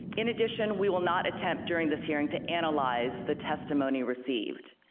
in addition, we will not attempt during this hearing to analyze the testimony received,